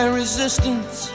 resistance